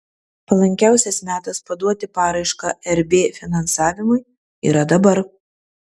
palankiausias metas paduoti paraišką rb finansavimui yra dabar